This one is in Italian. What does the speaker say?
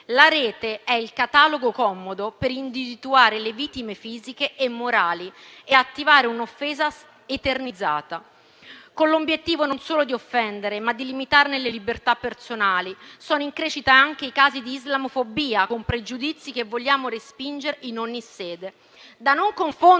La Rete è il catalogo comodo per individuare le vittime fisiche e morali e attivare un'offesa eternizzata, con l'obiettivo non solo di offendere, ma anche di limitarne le libertà personali. Sono in crescita anche i casi di islamofobia, con pregiudizi che vogliamo respingere in ogni sede; da non confondere,